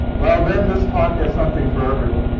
well, then, this talk has something for everyone.